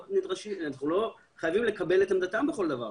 אנחנו לא חייבים לקבל את עמדתם בכל דבר.